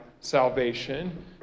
salvation